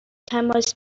تماس